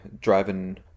driving